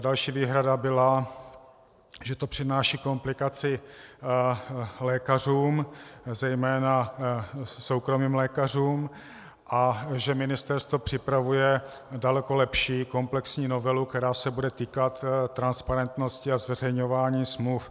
Další výhrada byla, že to přináší komplikaci lékařům, zejména soukromým lékařům, a že ministerstvo připravuje daleko lepší, komplexní novelu, která se bude týkat transparentnosti a zveřejňování smluv.